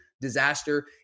Disaster